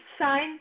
sign